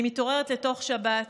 אני מתעוררת לתוך שבת,